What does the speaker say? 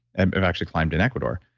and i've actually climbed in ecuador,